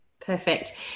Perfect